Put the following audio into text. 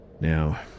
Now